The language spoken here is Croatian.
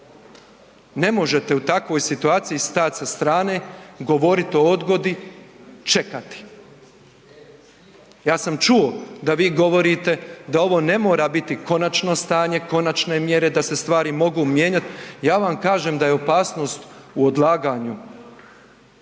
Ne možete u takvoj situaciji stajat sa strane, govorit o odgodi, čekati. Ja sam čuo da vi govorite da ovo ne mora biti konačno stanje, konačne mjere, da se stvari mogu mijenjat, ja vam kažem da je opasnost u odlaganju.